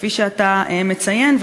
כפי שאתה מציין,